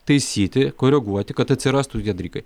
taisyti koreguoti kad atsirastų tokie dalykai